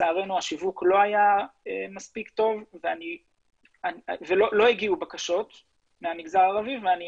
לצערנו השיווק לא היה מספיק טוב ולא הגיעו בקשות מהמגזר הערבי ואני